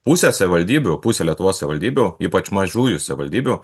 pusė savivaldybių pusė lietuvos savivaldybių ypač mažųjų savivaldybių